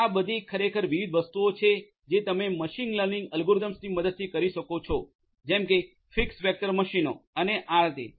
આ બધી ખરેખર વિવિધ વસ્તુઓ છે જે તમે મશીન લર્નિંગ એલ્ગોરિધમ્સની મદદથી કરી શકો છો જેમ કે ફિક્સ વેક્ટર મશીનો અને આ રીતે